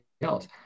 else